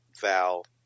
Val